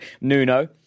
Nuno